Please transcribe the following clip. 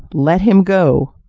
let him go.